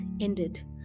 ended